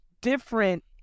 different